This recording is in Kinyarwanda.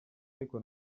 ariko